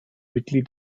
mitglied